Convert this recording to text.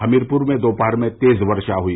हमीरपुर में दोपहर में तेज वर्षा हुई